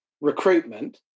recruitment